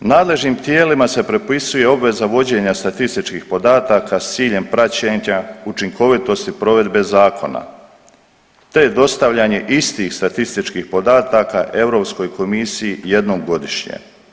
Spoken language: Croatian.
Nadležnim tijelima se propisuje obveza vođenja statističkih podataka s ciljem praćenja učinkovitosti provedbe zakona, te dostavljanje istih statističkih podataka Europskoj komisiji jednom godišnje.